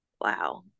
wow